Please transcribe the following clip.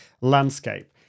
landscape